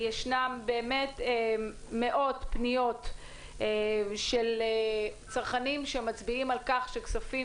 ישנן מאות פניות של צרכנים שמצביעים על כך שכספים